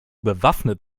bewaffnet